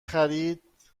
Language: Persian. خرید